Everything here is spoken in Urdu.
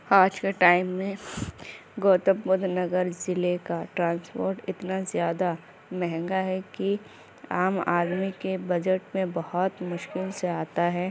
آج کے ٹائم میں گوتم بدھ نگر ضلع کا ٹرانسپورٹ اتنا زیادہ مہنگا ہے کہ عام آدمی کے بجٹ میں بہت مشکل سے آتا ہے